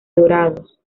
dorados